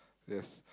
yes